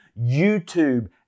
YouTube